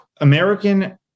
American